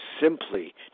simply